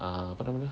ah apa nama dia